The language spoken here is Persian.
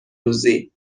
روزی